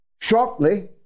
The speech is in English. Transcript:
shortly